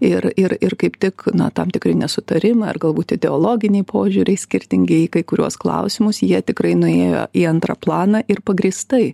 ir ir ir kaip tik na tam tikri nesutarimai ar galbūt ideologiniai požiūriai skirtingi į kai kuriuos klausimus jie tikrai nuėjo į antrą planą ir pagrįstai